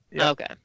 Okay